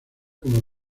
como